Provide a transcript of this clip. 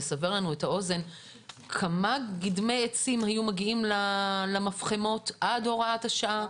לסבר לנו את האוזן כמה גדמי עצים היו מגיעים לפחמות עד הוראת השעה?